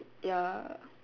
ya